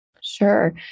Sure